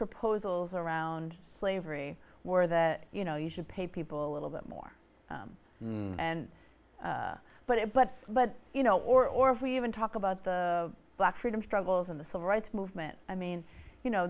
proposals around slavery were that you know you should pay people a little bit more and but it but but you know or if we even talk about the black freedom struggles in the civil rights movement i mean you know